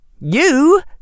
You